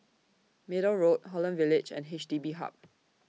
Middle Road Holland Village and H D B Hub